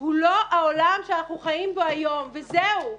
הוא לא העולם שאנחנו חיים בו היום, וזהו.